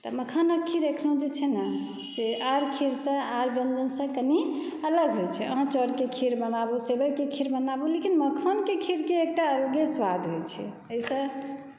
तऽ मखानक खीर जे एहिठामक जे छै ने से आर खीरसँ आर व्यंजनसँ कनी अलग होइ छै अहाँ चाउरके खीर बनाबू सेबइके खीर बनाबू लेकिन मखानके खीरके एकटा अलगे स्वाद होइ छै एहिसँ